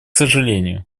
сожалению